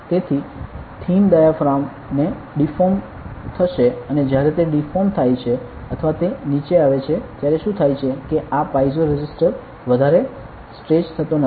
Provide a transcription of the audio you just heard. તેથી thin diaphragm ને deform થશે અને જ્યારે તે ડિફૉર્મ થાય છે અથવા તે નીચે આવે છે ત્યારે શું થાય છે કે આ પાઇઝો રેઝિસ્ટર વધારે સ્ટ્રેચ થતો નથી